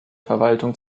verwaltung